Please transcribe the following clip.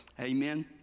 Amen